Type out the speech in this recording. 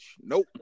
Nope